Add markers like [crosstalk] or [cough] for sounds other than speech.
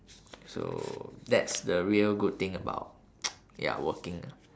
so that's the real good thing about [noise] ya working ah